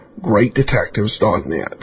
greatdetectives.net